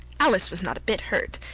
alice was not a bit hurt,